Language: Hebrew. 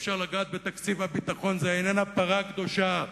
אפשר לגעת בתקציב הביטחון, הוא איננו פרה קדושה.